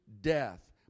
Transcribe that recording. death